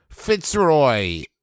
Fitzroy